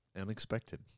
unexpected